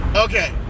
Okay